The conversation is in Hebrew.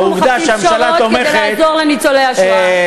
אנחנו מחפשים פשרות כדי לעזור לניצולי השואה.